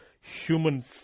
human